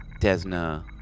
Desna